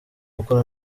gukora